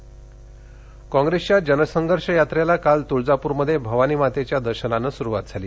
जनसंघर्ष कॉप्रेसच्या जनसंघर्ष यात्रेला काल तुळजाप्रमध्ये भवानी मातेच्या दर्शनानं सुरुवात झाली